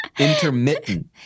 Intermittent